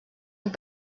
amb